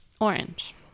Orange